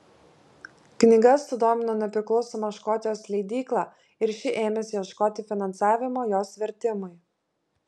knyga sudomino nepriklausomą škotijos leidyklą ir ši ėmėsi ieškoti finansavimo jos vertimui